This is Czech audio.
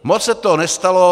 Moc se toho nestalo.